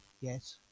Yes